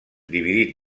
dividit